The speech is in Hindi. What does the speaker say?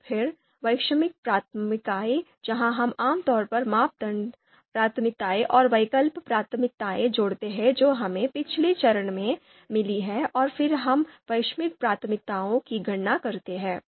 और फिर वैश्विक प्राथमिकताएँ जहाँ हम आम तौर पर मापदंड प्राथमिकताएँ और वैकल्पिक प्राथमिकताएँ जोड़ते हैं जो हमें पिछले चरणों में मिली हैं और फिर हम वैश्विक प्राथमिकताओं की गणना करते हैं